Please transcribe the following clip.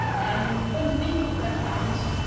and underneath the burnt mound,